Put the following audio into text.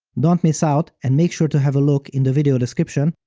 don't miss out and make sure to have a look in the video description,